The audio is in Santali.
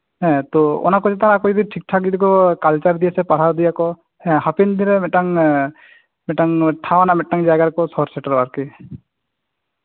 ᱦᱮᱸ ᱚᱱᱟᱠᱚ ᱪᱮᱛᱟᱱᱨᱮ ᱟᱠᱚ ᱡᱚᱫᱤ ᱴᱷᱤᱠ ᱴᱷᱟᱠ ᱡᱚᱫᱤ ᱠᱚ ᱠᱟᱞᱪᱟᱨ ᱤᱫᱤᱭᱟ ᱯᱟᱲᱦᱟᱣ ᱤᱫᱤᱭᱟᱠᱚ ᱦᱟᱯᱮᱱ ᱫᱤᱱᱨᱮ ᱢᱤᱫᱴᱟᱱ ᱴᱷᱟᱶ ᱟᱱᱟᱜ ᱢᱤᱫᱴᱟᱱ ᱡᱟᱭᱜᱟ ᱨᱮᱠᱚ ᱥᱚᱦᱚᱨ ᱥᱮᱴᱮᱨᱚᱜᱼᱟ ᱟᱨᱠᱤ